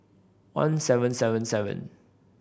one seven seven seven